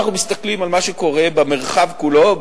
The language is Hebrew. אנחנו מסתכלים על מה שקורה במרחב כולו,